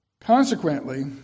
Consequently